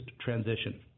transition